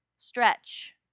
stretch